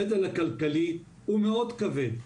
הנטל הכלכלי הוא מאוד כבד.